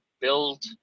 build